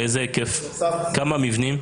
כמה מבנים?